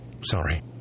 Sorry